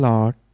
Lord